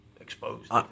exposed